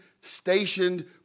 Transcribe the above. stationed